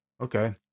okay